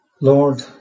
Lord